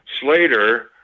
Slater